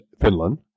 Finland